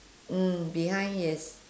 mm behind yes